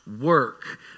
work